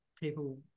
people